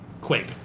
Quake